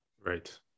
Right